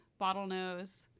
Bottlenose